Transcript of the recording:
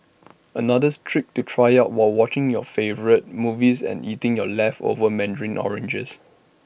another's trick to try out while watching your favourite movies and eating your leftover Mandarin oranges